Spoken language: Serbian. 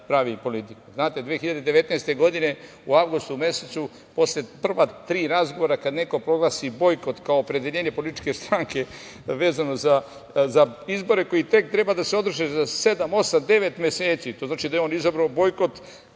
prave politiku. Znate, 2019. godine u avgustu mesecu, posle prva tri razgovora kada neko proglasi bojkot kao opredeljenje političke stranke vezano za izbore koji tek treba da se održe za sedam, osam, devet meseci, to znači da je on izabrao bojkot